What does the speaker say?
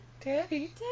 Daddy